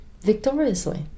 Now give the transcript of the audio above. victoriously